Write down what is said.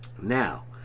now